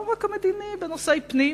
לא רק המדיני, בנושא פנים,